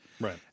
Right